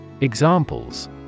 Examples